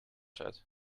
that